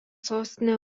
sostinė